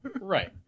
right